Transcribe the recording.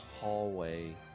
hallway